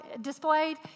displayed